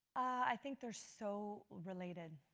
i think they're so related,